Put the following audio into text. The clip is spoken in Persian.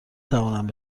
توانند